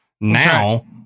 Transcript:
Now